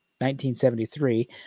1973